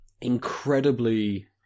incredibly